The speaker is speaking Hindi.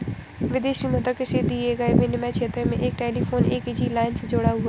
विदेशी मुद्रा किसी दिए गए विनिमय क्षेत्र में एक टेलीफोन एक निजी लाइन से जुड़ा होता है